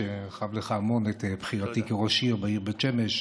חב לך המון את בחירתי כראש העיר בית שמש,